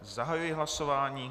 Zahajuji hlasování.